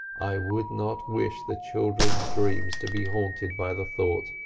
i would not wish the children's dreams to be haunted by the thought